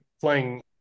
playing